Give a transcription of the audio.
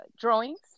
drawings